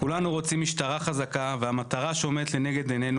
כולנו רוצים משטרה חזקה והמטרה שעומדת לנגד עינינו